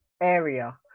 area